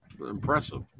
impressive